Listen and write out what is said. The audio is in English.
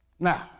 Now